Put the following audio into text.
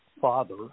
father